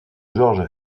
georg